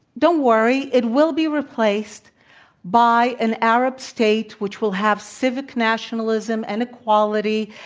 don't worry. it will be replaced by an arab state which will have civic nationalism and equality,